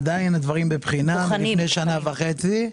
הדברים עדיין בבחינה מלפני שנה וחצי.